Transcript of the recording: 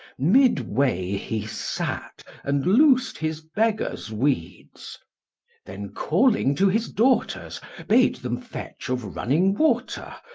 midway he sat and loosed his beggar's weeds then calling to his daughters bade them fetch of running water,